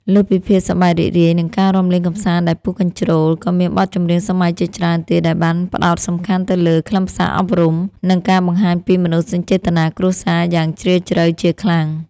លើសពីភាពសប្បាយរីករាយ និងការរាំលេងកម្សាន្តដែលពុះកញ្ជ្រោល ក៏មានបទចម្រៀងសម័យជាច្រើនទៀតដែលបានផ្ដោតសំខាន់ទៅលើខ្លឹមសារអប់រំ និងការបង្ហាញពីមនោសញ្ចេតនាគ្រួសារយ៉ាងជ្រាលជ្រៅជាខ្លាំង។